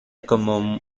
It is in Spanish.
como